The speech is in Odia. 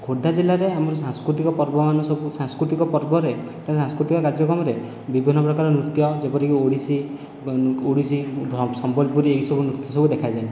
ଖୋର୍ଦ୍ଧା ଜିଲ୍ଲାରେ ଆମର ସାଂସ୍କୃତିକ ପର୍ବମାନ ସବୁ ସାଂସ୍କୃତିକ ପର୍ବରେ ସାଂସ୍କୃତିକ କାର୍ଯ୍ୟକ୍ରମରେ ବିଭିନ୍ନ ପ୍ରକାର ନୃତ୍ୟ ଯେପରିକି ଓଡ଼ିଶୀ ଓଡ଼ିଶୀ ସମ୍ବଲପୁରୀ ଏଇ ସବୁ ନୃତ୍ୟ ସବୁ ଦେଖାଯାଏ